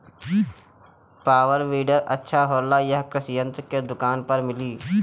Power weeder अच्छा होला यह कृषि यंत्र के दुकान पर मिली?